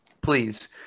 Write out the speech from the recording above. please